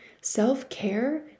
Self-care